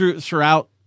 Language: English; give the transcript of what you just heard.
throughout